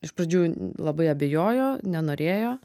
iš pradžių labai abejojo nenorėjo